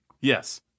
Yes